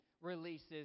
releases